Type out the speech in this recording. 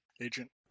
agent